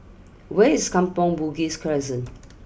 where is Kampong Bugis Crescent